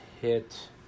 hit